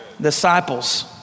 Disciples